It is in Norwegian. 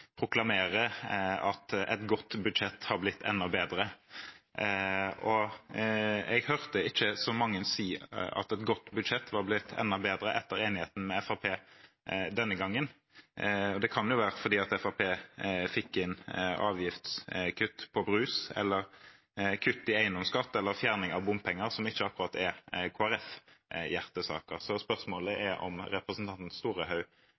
proklamere at et godt budsjett har blitt enda bedre. Jeg hørte ikke så mange si at et godt budsjett var blitt enda bedre etter enigheten med Fremskrittspartiet denne gangen, og det kan jo være fordi Fremskrittspartiet fikk inn avgiftskutt på brus, eller kutt i eiendomsskatt eller fjerning av bompenger, som ikke akkurat er Kristelig Folkepartis hjertesaker. Så spørsmålet er om representanten Storehaug